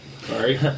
sorry